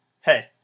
Hey